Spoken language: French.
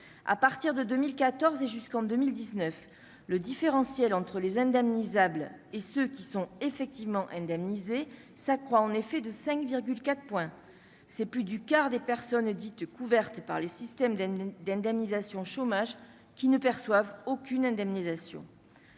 à partir de 2014 et jusqu'en 2019 le différentiel entre les indemnisables et ceux qui sont effectivement indemnisés s'accroît en effet de 5 4 points, c'est plus du quart des personnes dites couvertes par les systèmes d'indemnisation chômage qui ne perçoivent aucune indemnisation